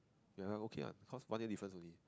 ya okay what cause one day difference only